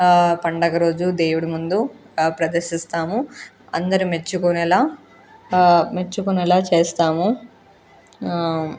ఆ పండుగ రోజు దేవుడు ముందు ప్రదర్శిస్తాము అందరూ మెచ్చుకునేలా మెచ్చుకునేలా చేస్తాము